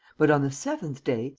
but, on the seventh day,